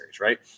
right